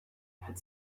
had